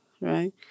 right